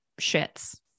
shits